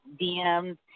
DMs